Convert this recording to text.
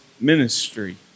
ministry